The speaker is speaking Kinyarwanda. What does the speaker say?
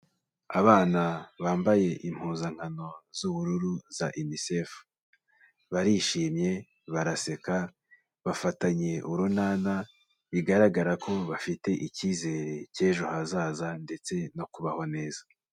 Abana bambaye impuzankano z'ubururu za Unicef. Barishimye, baraseka, bafatanye urunana, bigaragara ko bafite icyizere cy'ejo hazaza ndetse no kubaho neza.